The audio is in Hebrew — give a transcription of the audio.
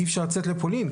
אי-אפשר לצאת לפולין,